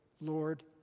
Lord